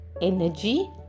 energy